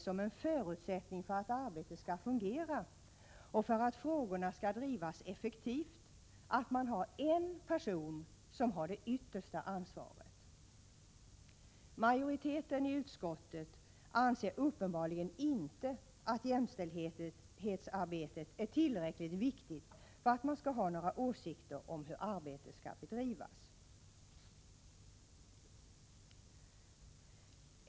som en förutsättning för att arbetet skall fungera och för att frågorna skall drivas effektivt att man har en person som har det yttersta ansvaret. Majoriteten i utskottet anser uppenbarligen inte att jämställdhetsarbetet är tillräckligt viktigt för att man skall ha några åsikter om hur arbetet skall bedrivas.